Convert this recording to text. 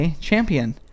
champion